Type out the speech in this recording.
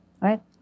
right